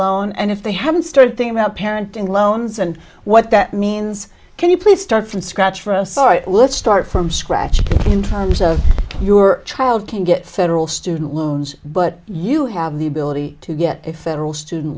loan and if they haven't started thinking about parenting loans and what that means can you please start from scratch for us sorry let's start from scratch in terms of your child can get federal student loans but you have the ability to get a federal student